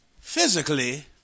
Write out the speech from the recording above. physically